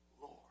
Lord